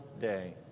day